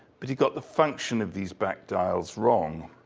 but you got the function of these back dials wrong.